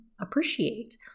appreciate